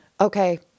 Okay